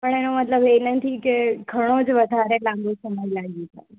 પણ એનો મતલબ એ નથી કે ઘણો જ વધારે લાંબો સમય લાગી શકે